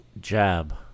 jab